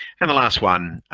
and the last one